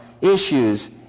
issues